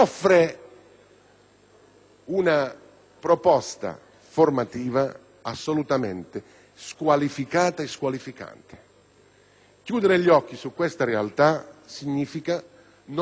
una proposta formativa assolutamente squalificata e squalificante. Chiudere gli occhi su questa realtà significa non voler affrontare